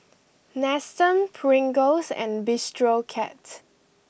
Nestum Pringles and Bistro Cat